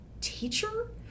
teacher